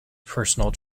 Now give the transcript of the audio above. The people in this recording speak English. personal